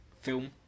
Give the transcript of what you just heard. film